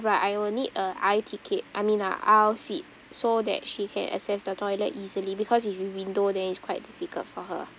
right I will need a aisle ticket I mean a aisle seat so that she can access the toilet easily because if you window then it's quite difficult for her